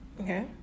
Okay